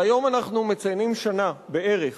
שהיום אנחנו מציינים שנה בערך